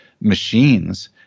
machines